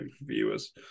viewers